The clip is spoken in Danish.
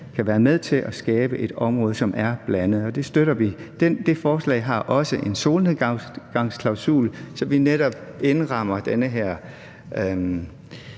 kan være med til at skabe et område, som er blandet. Og det støtter vi. Det forslag har også en solnedgangsklausul, så vi netop indrammer den her